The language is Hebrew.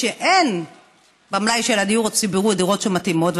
שאין במלאי של הדיור הציבורי דירות שמתאימות,